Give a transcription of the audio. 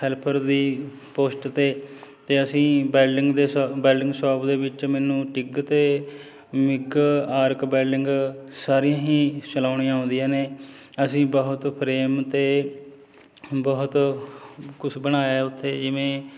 helper ਦੀ post 'ਤੇ ਅਤੇ ਅਸੀਂ ਬੈਲਡਿੰਗ ਦੇ ਬਿਲਡਿੰਗ ਸ਼ੋਪ ਦੇ ਵਿੱਚ ਮੈਨੂੰ ਢਿੱਗ ਅਤੇ ਮਿਕ ਆਰਕ ਬੈਲਡਿੰਗ ਸਾਰੀਆਂ ਹੀ ਚਲਾਉਣੀਆਂ ਆਉਂਦੀਆਂ ਨੇ ਅਸੀਂ ਬਹੁਤ ਪ੍ਰੇਮ ਅਤੇ ਬਹੁਤ ਕੁਛ ਬਣਾਇਆ ਉੱਥੇ ਜਿਵੇਂ